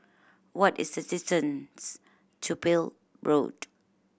what is the distance to Peel Road